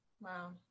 Wow